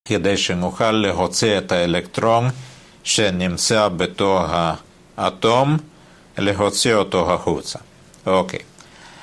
כדי שנוכל להוציא את האלקטרון שנמצא בתוך האטום, להוציא אותו החוצה. אוקיי.